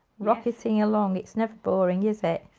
rocketing along it's never boring is it?